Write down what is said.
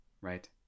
right